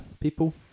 people